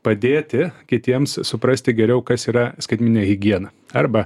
padėti kitiems suprasti geriau kas yra skaitmeninė higiena arba